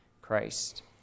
Christ